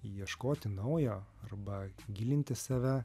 ieškoti naujo arba gilinti save